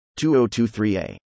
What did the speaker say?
2023a